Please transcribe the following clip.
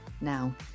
Now